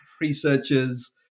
researchers